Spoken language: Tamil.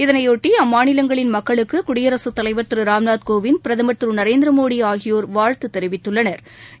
இதனையொட்டி அம்மாநிலங்களின் மக்களுக்கு குடியரசுத் தலைவர் திரு ராம்நாத் கோவிந்த் பிரதம் திரு நரேந்திரமோடி ஆகியோா் வாழ்த்து தெரிவித்துள்ளனா்